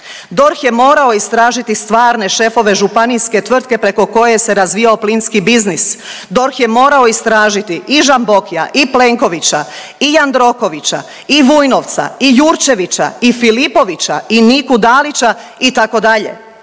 DORH je morao istražiti stvarne šefove županijske tvrtke preko koje se razvijao plinski biznis. DOHR je morao istražiti i Žambokija i Plenkovića i Jandrokovića i Vujnovca i Jurčevića i Filipovića i Niku Dalića itd.